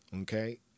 Okay